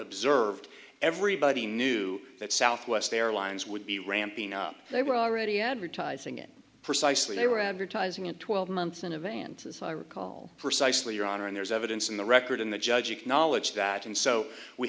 observed everybody knew that southwest airlines would be ramping up they were already advertising it precisely they were advertising it twelve months in advance as i recall precisely your honor and there's evidence in the record in the judge acknowledged that and so we